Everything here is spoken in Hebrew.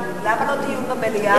למה לא דיון במליאה?